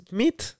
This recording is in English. meat